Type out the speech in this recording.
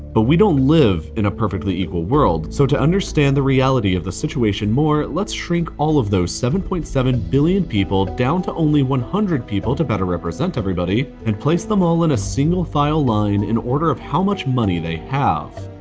but we don't live in a perfectly equal world. so to understand the reality of the situation more, let's shrink all of those seven point seven billion people down to only one hundred people to better represent everybody and place them all in a single-file line in order of how much money they have.